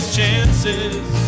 chances